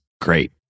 great